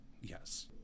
Yes